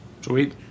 Sweet